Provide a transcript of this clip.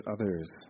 others